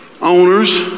owners